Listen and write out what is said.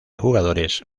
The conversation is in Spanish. jugadores